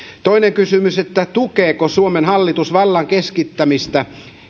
toinen kysymys tukeeko suomen hallitus vallan keskittämistä